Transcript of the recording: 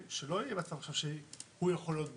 שלא יהיה מצב שהוא יכול להיות ב-זום.